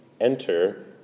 Enter